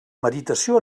meritació